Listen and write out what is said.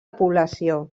població